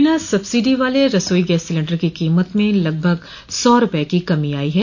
बिना सब्सिडी वाले रसोई गैस सिलेंडर की कीमत में लगभग एक सौ रुपए की कमी की गई है